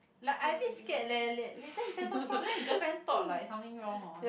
like I a bit scared leh lat~ later he stand so close then his girlfriend thought like something wrong or what